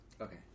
Okay